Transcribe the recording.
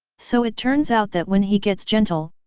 so it turns out that when he gets gentle,